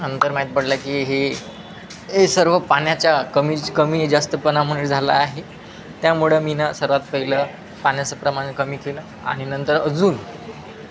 नंतर माहीत पडलं की हे हे सर्व पाण्याच्या कमीच कमी जास्तपणा मुळे झाला आहे त्यामुळं मीनं सर्वात पहिलं पाण्याचं प्रमाण कमी केलं आणि नंतर अजून